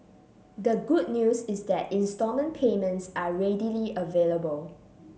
the good news is that installment payments are readily available